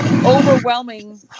overwhelming